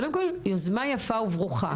יוזמה יפה וברוכה.